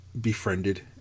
befriended